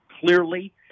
Clearly